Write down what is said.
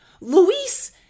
Luis